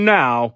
now